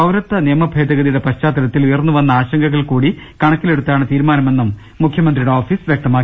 പൌരത്വ നിയമ ഭേദഗതിയുടെ പശ്ചാത്തലത്തിൽ ഉയർന്നുവന്ന ആ ശങ്കകൾകൂടി കണക്കിലെടുത്താണ് തീരുമാനമെന്നും മുഖ്യമന്ത്രിയുടെ ഓഫീസ് വ്യക്തമാക്കി